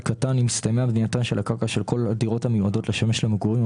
אם הסתיימה בנייתן על הקרקע של כל הדירות המיועדות לשמש למגורים,